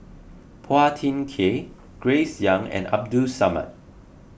Phua Thin Kiay Grace Young and Abdul Samad